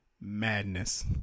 madness